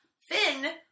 Finn